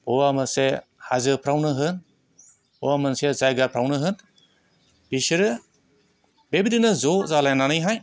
अबावबा मोनसे हाजोफ्रावनो होन अबावबा मोनसे जायगाफ्रावनो होन बिसोरो बेबायदिनो ज' जालायनानैहाय